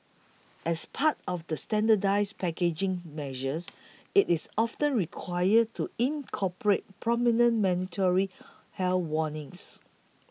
as part of the standardised packaging measures it is often required to incorporate prominent mandatory health warnings